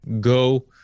go